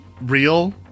real